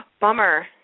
bummer